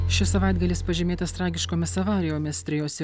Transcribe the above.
šis savaitgalis pažymėtas tragiškomis avarijomis trejose